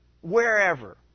wherever